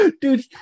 Dude